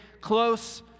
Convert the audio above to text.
close